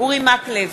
אורי מקלב,